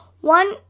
One